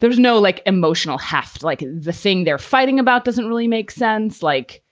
there's no, like, emotional half. like the thing they're fighting about doesn't really make sense. like,